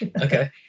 Okay